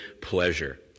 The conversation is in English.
pleasure